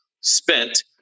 spent